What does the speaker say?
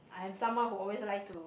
I'm someone who always like to